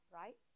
right